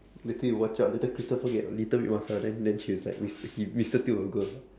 later you watch out later christopher get little bit muscle then then she's like mister he~ mister steal your girl